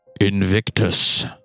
Invictus